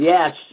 Yes